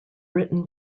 written